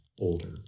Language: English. older